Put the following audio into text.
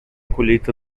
colheita